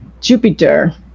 jupiter